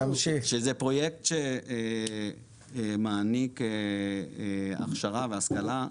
שזה פרויקט שמעניק הכשרה והשכלה,